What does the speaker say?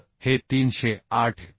तर हे 308